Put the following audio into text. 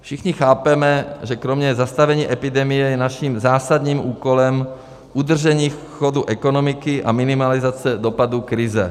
Všichni chápeme, že kromě zastavení epidemie je naším zásadním úkolem udržení v chodu ekonomiky a minimalizace dopadů krize.